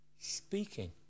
speaking